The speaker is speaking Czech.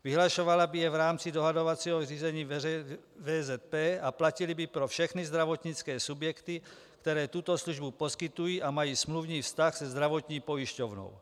Vyhlašovala by je v rámci dohodovacího řízení VZP a platily by pro všechny zdravotnické subjekty, které tyto službu poskytují a mají smluvní vztah se zdravotní pojišťovnou.